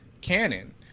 canon